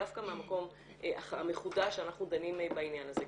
דווקא מהמקום המחודש שאנחנו דנים בעניין הזה.